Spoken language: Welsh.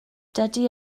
dydy